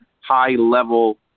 high-level